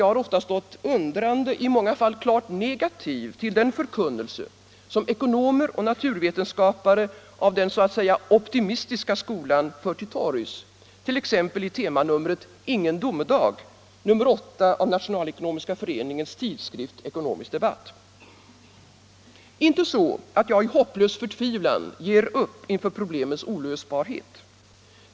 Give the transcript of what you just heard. Jag har ofta stått undrande, i många fall klart negativ, till den förkunnelse som ekonomer och naturvetenskapare av den så att säga optimistiska skolan för till torgs, t.ex. i temanumret Ingen domedag, nr 8 av Nationalekonomiska föreningens tidskrift Ekonomisk Debatt. Det är inte så att jag i hopplös förtvivlan ger upp inför problemens olösbarhet.